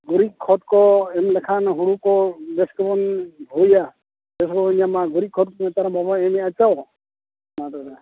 ᱜᱩᱨᱤᱡ ᱠᱷᱚᱛ ᱠᱚ ᱮᱢ ᱞᱮᱠᱷᱟᱱ ᱦᱩᱲᱩ ᱠᱚ ᱵᱮᱥ ᱛᱮᱵᱚᱱ ᱦᱩᱭᱟ ᱵᱮᱥ ᱵᱚ ᱧᱟᱢᱟ ᱜᱩᱨᱤᱡ ᱠᱷᱚᱛ ᱱᱮᱛᱟᱨ ᱵᱟᱵᱚ ᱮᱢᱮᱫᱼᱟᱥᱮ ᱢᱟ ᱛᱚᱵᱮ ᱢᱟ